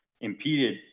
impeded